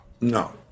No